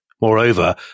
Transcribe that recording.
Moreover